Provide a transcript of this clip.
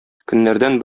көннәрдән